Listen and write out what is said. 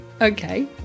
Okay